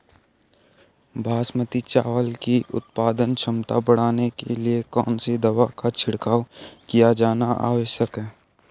बासमती चावल की उत्पादन क्षमता बढ़ाने के लिए कौन सी दवा का छिड़काव किया जाना आवश्यक है?